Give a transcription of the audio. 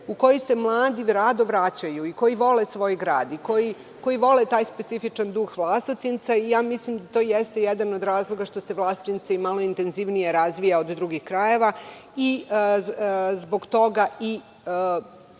se prazne, mladi rado vraćaju, koji vole svoj grad, koji vole taj specifičan duh Vlasotinca. Mislim da to jeste jedan od razloga što se Vlasotince malo intenzivnije razvija od drugih krajeva i zbog toga,